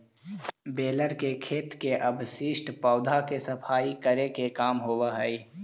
baler से खेत के अवशिष्ट पौधा के सफाई करे के काम होवऽ हई